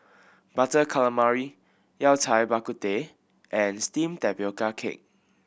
Butter Calamari Yao Cai Bak Kut Teh and steamed tapioca cake